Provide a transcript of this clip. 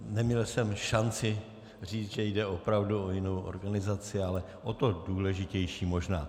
Neměl jsem šanci říct, že jde opravdu o jinou organizaci, ale o to důležitější možná.